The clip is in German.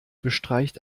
bestreicht